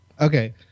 Okay